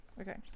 Okay